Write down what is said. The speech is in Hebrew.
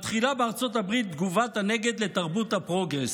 מתחילה בארצות הברית תגובת הנגד לתרבות הפרוגרס: